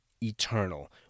eternal